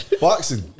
Boxing